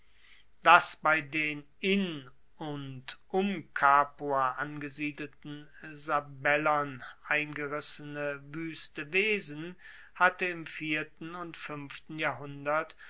das bei den in und um capua angesiedelten sabellern eingerissene wueste wesen hatte im vierten und fuenften jahrhundert